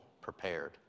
prepared